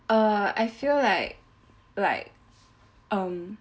uh I feel like like um